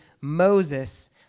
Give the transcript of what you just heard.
Moses